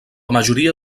majoria